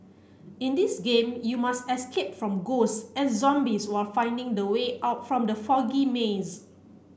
in this game you must escape from ghosts and zombies while finding the way out from the foggy maze